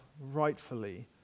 rightfully